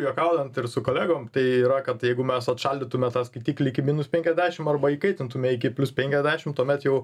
juokaujant ir su kolegom tai yra kad jeigu mes atšaldytume tą skaitiklį iki minus penkiasdešim arba įkaitintume iki plius penkiadešim tuomet jau